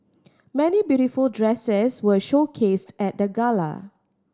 many beautiful dresses were showcased at the gala